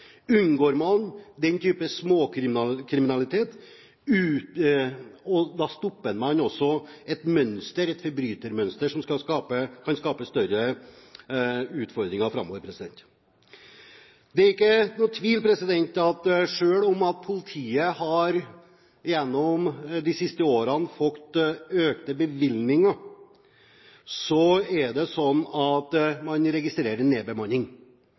Unngår man den type småkriminalitet, stopper man også et forbrytermønster som kan skape større utfordringer framover. Det er ikke noen tvil om at selv om politiet gjennom de siste årene har fått økte bevilgninger, registrerer man en nedbemanning. 2010 har vist det, gjennom signaler fra politidistriktene og spesialenhetene. Det er fortsatt sånn at